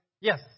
Yes